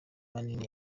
manini